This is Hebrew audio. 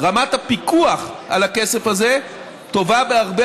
רמת הפיקוח על הכסף הזה טובה בהרבה